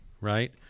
right